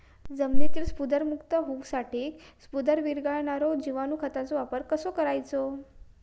जमिनीतील स्फुदरमुक्त होऊसाठीक स्फुदर वीरघळनारो जिवाणू खताचो वापर कसो करायचो?